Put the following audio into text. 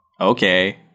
okay